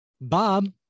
Bob